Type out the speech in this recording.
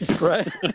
Right